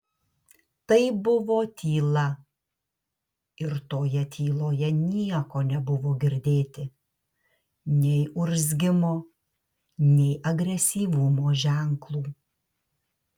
tai buvo tyla ir toje tyloje nieko nebuvo girdėti nei urzgimo nei agresyvumo ženklų